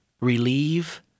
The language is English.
relieve